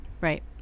right